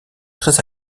très